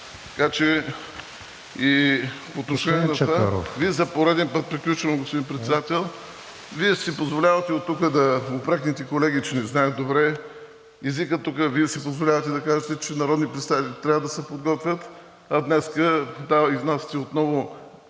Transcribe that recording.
ДЖЕВДЕТ ЧАКЪРОВ: Вие за пореден път… приключвам, господин Председател, си позволявате оттук да упрекнете колеги, че не знаят добре езика тук. Вие си позволявате да казвате, че народните представители трябва да се подготвят, а днес отново